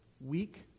weak